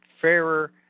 fairer